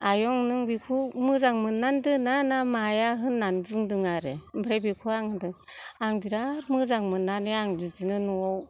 आयं नों बिखौ मोजां मोनना दोना ना माया होननानै बुंदों आरो ओमफ्राय बिखौ आं होनदों आं बिराद मोजां मोननानै आं बिदिनो न'आव